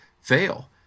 fail